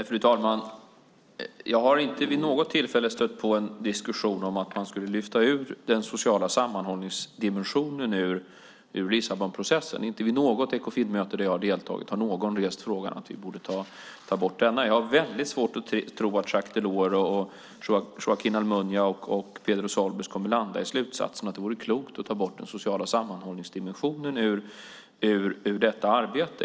Fru talman! Jag har inte vid något tillfälle stött på någon diskussion om att man skulle lyfta ur den sociala sammanhållningsdimensionen ur Lissabonprocessen. Inte vid något Ekofinmöte där jag har deltagit har någon fört fram att vi borde ta bort den. Jag har väldigt svårt att tro att Jacques Delors, Joaquín Almunia och Pedro Solbes skulle komma till slutsatsen att det vore klokt att ta bort den sociala sammanhållningsdimensionen ur detta arbete.